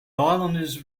islanders